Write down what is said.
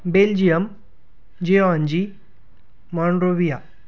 Belgium जिऑनजी Monrovia